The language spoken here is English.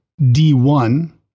D1